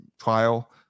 trial